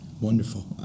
Wonderful